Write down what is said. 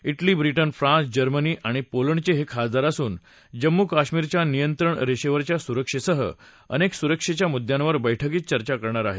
तिली Britain France German आणि पोलंडचे हे खासदार असून जम्मू कश्मीरच्या नियंत्रण रेषेवरच्या सुरक्षेसह अनेक सुरक्षेच्या मुद्दयांवर बैठकीत चर्चा करणार आहेत